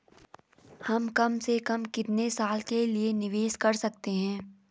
हम कम से कम कितने साल के लिए निवेश कर सकते हैं?